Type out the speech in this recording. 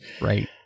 Right